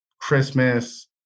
Christmas